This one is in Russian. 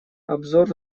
обзор